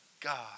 God